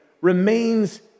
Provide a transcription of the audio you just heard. remains